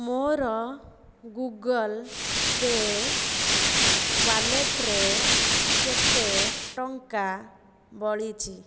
ମୋର Google pay ୱାଲେଟରେ କେତେ ଟଙ୍କା ବଳିଛି